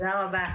תודה רבה,